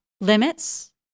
limits